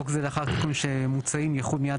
חוק זה לאחר התיקונים המוצעים יחול מיד